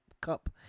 Cup